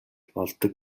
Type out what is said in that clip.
болдог